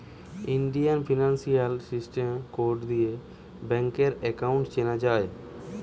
Indian financial system code দিয়ে ব্যাংকার account চেনা যায়